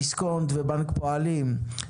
בנק דיסקונט ובנק הפועלים,